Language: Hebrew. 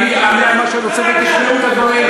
אני אענה על מה שאני רוצה, ותשמעו את הדברים.